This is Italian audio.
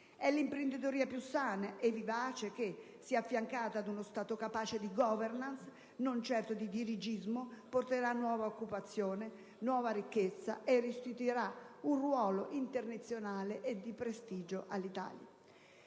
È l'imprenditoria più sana e vivace che, se affiancata da uno Stato capace di *governance*, non certo di dirigismo, porterà nuova occupazione, nuova ricchezza e restituirà un ruolo internazionale e di prestigio all'Italia.